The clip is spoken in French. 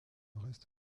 reste